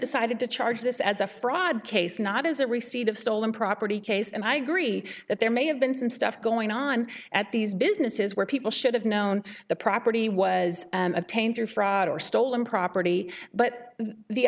decided to charge this as a fraud case not as a receipt of stolen property case and i agree that there may have been some stuff going on at these businesses where people should have known the property was obtained through fraud or stolen property but the